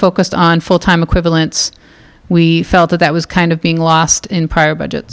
focused on full time equivalents we felt that was kind of being lost in prior budget